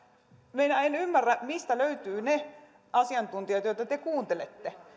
minä en ymmärrä mistä löytyvät ne asiantuntijat joita te te kuuntelette